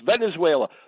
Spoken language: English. Venezuela